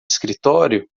escritório